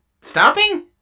stopping